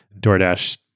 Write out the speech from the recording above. DoorDash